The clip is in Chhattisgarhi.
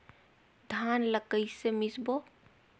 धान ला कइसे मिसबो?